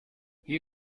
hier